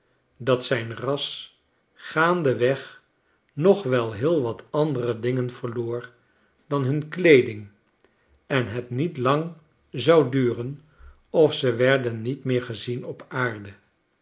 dat zijn ras gaandeweg nog wel heel wat andere dingen verloor dan hun kleeding en het niet lang zou duren of ze werden niet meer gezien op aarde